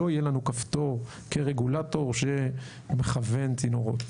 לא יהיה לנו כפתור כרגולטור שמכוון צינורות.